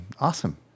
awesome